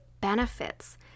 benefits